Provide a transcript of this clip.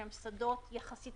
שהם שדות קטנים יחסית.